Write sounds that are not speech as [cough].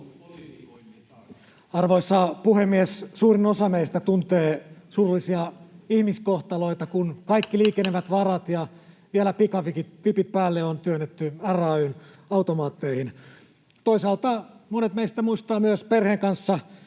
Arvoisa puhemies! Suurin osa meistä tuntee surullisia ihmiskohtaloita, [noise] kun kaikki liikenevät varat ja vielä pikavipit päälle on työnnetty RAY:n automaatteihin. Toisaalta monet meistä muistavat myös, kun on perheen kanssa